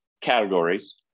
categories